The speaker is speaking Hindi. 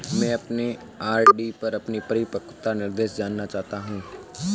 मैं अपने आर.डी पर अपना परिपक्वता निर्देश जानना चाहता हूं